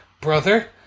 brother